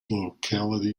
locality